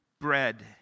bread